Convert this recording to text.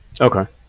Okay